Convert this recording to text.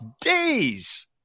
days